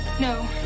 No